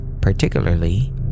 particularly